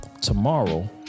tomorrow